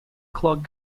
clock